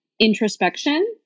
introspection